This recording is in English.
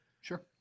Sure